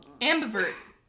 Ambivert